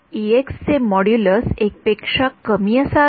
चे मॉड्यूलस १ पेक्षा कमी असावे